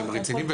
אתם רציניים?